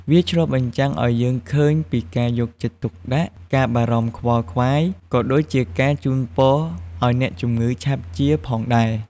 វាឆ្លុះបញ្ចាំងឱ្យឃើញពីការយកចិត្តទុកដាក់ ការបារម្ភខ្វល់ខ្វាយ ក៏ដូចជាការជូនពរឱ្យអ្នកជំងឺឆាប់ជាផងដែរ។